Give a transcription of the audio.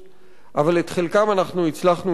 אבל את חלקם אנחנו הצלחנו להעביר,